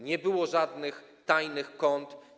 Nie było żadnych tajnych kont.